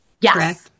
Yes